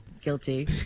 Guilty